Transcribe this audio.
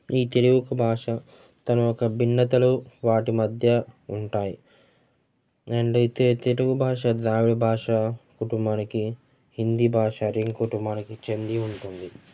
ఈ తెలుగు ఒక భాష తను ఒక భిన్నతలో వాటి మధ్య ఉంటాయ్ అండ్ అయితే తెలుగు భాష ద్రావిడ భాష కుటుంబానికి హిందీ భాష రీ కుటుంబానికి చెంది ఉంటుంది